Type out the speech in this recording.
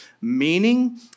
meaning